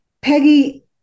Peggy